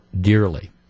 dearly